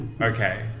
okay